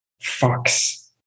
fox